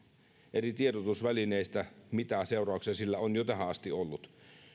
eri tiedotusvälineistä mitä seurauksia sillä on jo tähän asti ollut